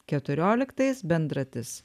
keturioliktais bendratis